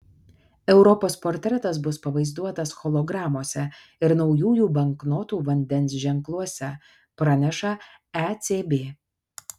europos portretas bus pavaizduotas hologramose ir naujųjų banknotų vandens ženkluose praneša ecb